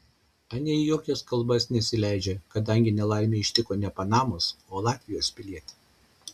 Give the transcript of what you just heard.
anie į jokias kalbas nesileidžia kadangi nelaimė ištiko ne panamos o latvijos pilietį